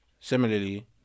similarly